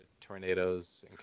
tornadoes